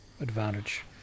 advantage